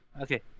Okay